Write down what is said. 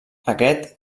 aquest